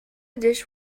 dish